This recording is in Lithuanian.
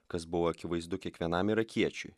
kas buvo akivaizdu kiekvienam irakiečiui